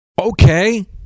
Okay